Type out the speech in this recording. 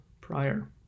prior